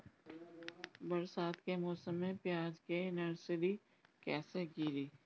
बरसात के मौसम में प्याज के नर्सरी कैसे गिरी?